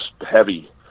heavy